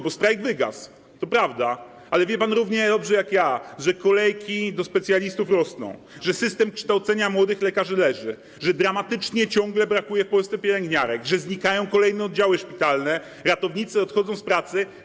Bo strajk wygasł, to prawda, ale wie pan równie dobrze jak ja, że kolejki do specjalistów rosną, że system kształcenia młodych lekarzy leży, że ciągle dramatycznie brakuje w Polsce pielęgniarek, że znikają kolejne oddziały szpitalne, a ratownicy odchodzą z pracy.